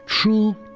true,